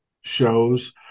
shows